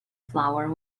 flower